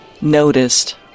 noticed